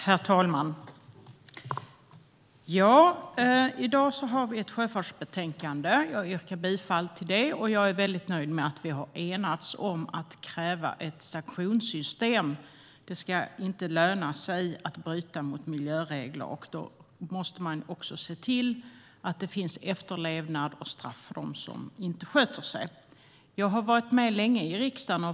Herr talman! I dag behandlar vi ett sjöfartsbetänkande. Jag yrkar bifall till utskottets förslag, och jag är väldigt nöjd med att vi har enats om att kräva ett sanktionssystem. Det ska inte löna sig att bryta mot miljöregler, och då måste man se till att reglerna efterlevs och att det finns straff för dem som inte sköter sig. Jag har varit med länge i riksdagen.